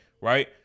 right